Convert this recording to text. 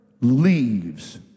leaves